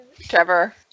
Trevor